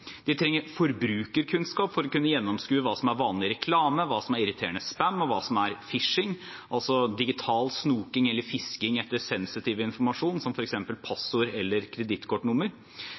De trenger forbrukerkunnskap for å kunne gjennomskue hva som er vanlig reklame, hva som er irriterende spam, og hva som er «phishing», altså digital snoking eller fisking etter sensitiv informasjon som f.eks. passord eller kredittkortnummer.